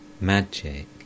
magic